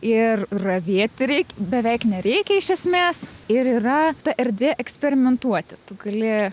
ir ravėti reik beveik nereikia iš esmės ir yra ta erdvė eksperimentuoti tu gali